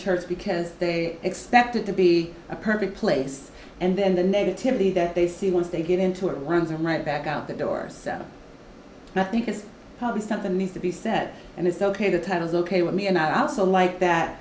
church because they expected to be a perfect place and then the negativity that they see once they get into it runs right back out the door and i think it's probably something needs to be said and it's ok the title is ok with me and i also like that